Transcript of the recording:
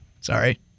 Sorry